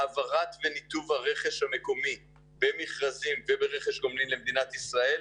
האפקט של העברת וניתוב הרכש המקומי במכרזים וברכש גומלין למדינת ישראל,